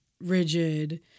rigid